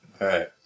Right